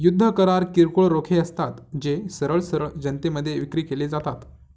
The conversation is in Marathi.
युद्ध करार किरकोळ रोखे असतात, जे सरळ सरळ जनतेमध्ये विक्री केले जातात